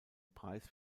preis